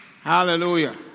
Hallelujah